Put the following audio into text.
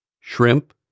shrimp